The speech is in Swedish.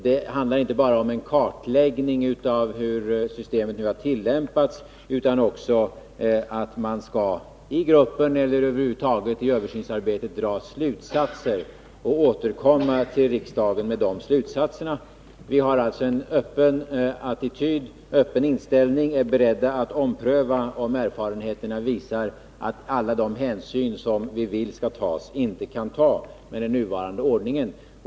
Det handlar inte bara om en kartläggning av hur systemet nu har tillämpats, utan också om att man i gruppen, eller över huvud taget i översynsarbetet, skall dra slutsatser och återkomma till riksdagen med dem. Vi har alltså en öppen inställning och är beredda att ompröva, om erfarenheterna visar att alla de hänsyn vi vill skall tas inte kan tas med den nuvarande ordningen.